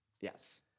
Yes